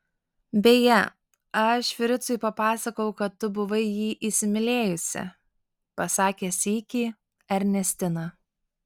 beje aš fricui papasakojau kad tu buvai jį įsimylėjusi pasakė sykį ernestina